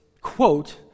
quote